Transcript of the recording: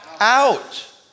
out